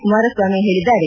ಕುಮಾರಸ್ವಾಮಿ ಹೇಳಿದ್ದಾರೆ